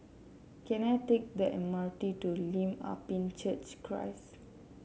can I take the M R T to Lim Ah Pin Church Christ